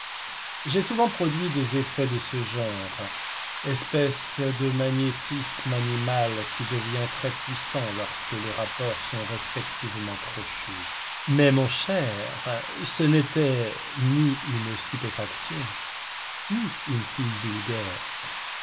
j'ai souvent produit des effets de ce genre espèce de magnétisme animal qui devient très puissant lorsque les rapports sont respectivement crochus mais mon cher ce n'était ni une stupéfaction ni une fille vulgaire